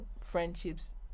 friendships